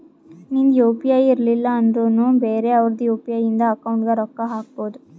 ನಿಂದ್ U P I ಇರ್ಲಿಲ್ಲ ಅಂದುರ್ನು ಬೇರೆ ಅವ್ರದ್ ಯು.ಪಿ.ಐ ಇಂದ ಅಕೌಂಟ್ಗ್ ರೊಕ್ಕಾ ಹಾಕ್ಬೋದು